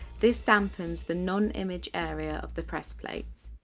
this dampens the non-image area of the press plate.